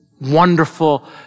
wonderful